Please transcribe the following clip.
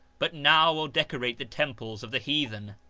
but now will decorate the temples of the heathen?